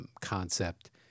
concept